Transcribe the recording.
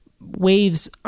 waves